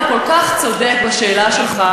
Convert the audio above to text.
אתה כל כך צודק בשאלה שלך,